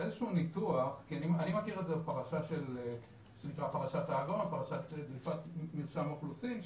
באיזשהו ניתוח כי אני מכיר את זה מפרשת דליפת מרשם האוכלוסין,